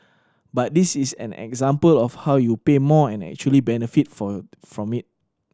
but this is an example of how you pay more and actually benefit for from it